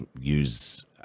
use